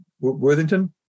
Worthington